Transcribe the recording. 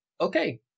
Okay